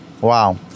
Wow